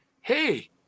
Hey